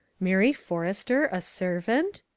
mary forrester a servant?